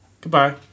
Goodbye